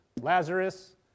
Lazarus